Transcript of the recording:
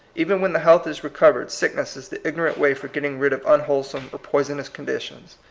even when the health is recovered, sickness is the ignorant way for getting rid of un wholesome or poisonous conditions.